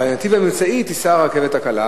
בנתיב האמצעי תיסע הרכבת הקלה,